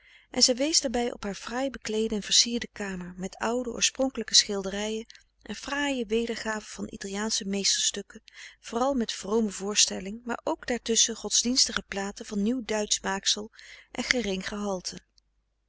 en zij wees daarbij op haar fraai frederik van eeden van de koele meren des doods bekleedde en versierde kamer met oude oorspronkelijke schilderijen en fraaie wedergaven van italiaansche meesterstukken vooral met vrome voorstelling maar ook daartusschen godsdienstige platen van nieuw duitsch maaksel en gering gehalte